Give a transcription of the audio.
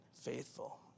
faithful